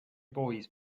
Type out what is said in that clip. boys